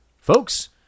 Folks